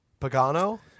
Pagano